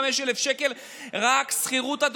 25,000 שקל רק שכירות למסעדה,